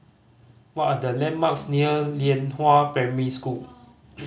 what are the landmarks near Lianhua Primary School